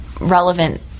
relevant